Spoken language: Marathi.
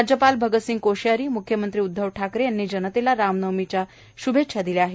राज्यपाल भगत सिंह कोश्यारी म्ख्य मंत्री उदधव ठाकरे यांनी जनतेला राम न नवमीच्या शुभेच्छा दिल्या आहेत